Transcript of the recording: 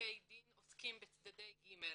פסקי דין עוסקים בצדדי ג'.